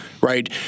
right